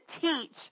teach